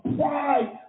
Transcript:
pride